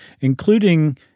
including